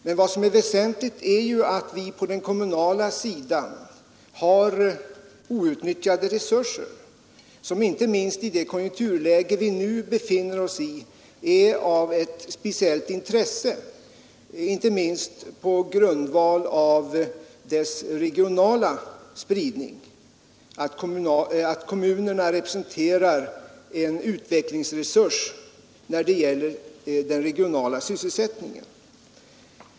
Men det väsentliga är att vi på den kommunala sidan har outnyttjade resurser som inte minst i det konjunkturläge vi nu befinner oss i är av ett speciellt intresse bl.a. på grund av sin regionala spridning. Kommunerna representerar en utvecklingsresurs när det gäller den regionala sysselsättningen.